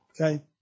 Okay